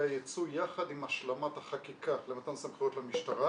הייצוא יחד עם השלמת החקיקה למתן סמכויות למשטרה.